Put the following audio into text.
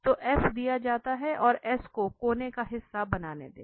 तो दिया जाता है और S को कोन का हिस्सा बनने दें